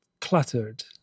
cluttered